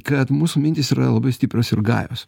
kad mūsų mintys yra labai stiprios ir gajos